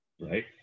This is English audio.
Right